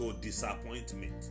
disappointment